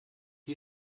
wie